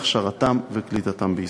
הכשרתם וקליטתם בישראל.